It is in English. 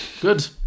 Good